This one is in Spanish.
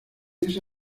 esa